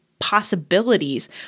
possibilities